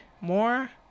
more